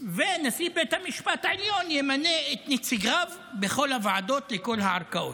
ונשיא בית המשפט העליון ימנה את נציגיו בכל הוועדות ובכל הערכאות.